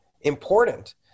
important